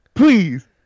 Please